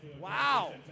Wow